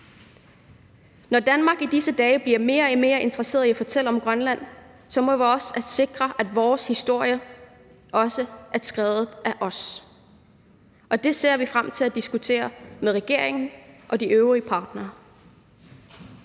Når Danmark i disse dage bliver mere og mere interesseret i at fortælle om Grønland, må det også sikres, at vores historie også er skrevet af os. Det ser vi frem til at diskutere med regeringen og de øvrige partnere.